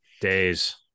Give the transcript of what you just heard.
Days